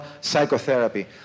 psychotherapy